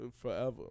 forever